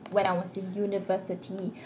when I was in university